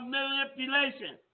manipulation